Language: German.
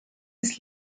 des